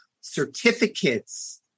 certificates